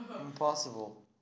impossible